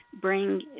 bring